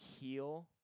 heal